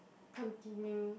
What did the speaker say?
continue